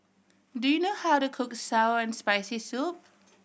do you know how to cook sour and Spicy Soup